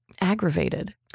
aggravated